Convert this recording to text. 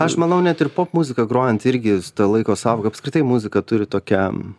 aš manau net ir popmuziką grojant irgi ta laiko sąvoka apskritai muzika turi tokią